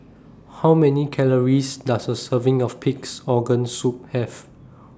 How Many Calories Does A Serving of Pig'S Organ Soup Have